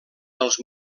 dels